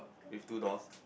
with two doors